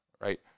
right